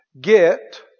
Get